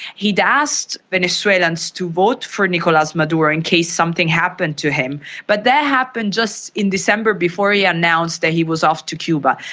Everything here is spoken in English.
he had asked venezuelans to vote for nicolas maduro in case something happened to him, but that happened just in december before he announced that he was off to cuba.